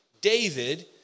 David